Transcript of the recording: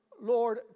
Lord